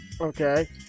Okay